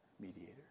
mediator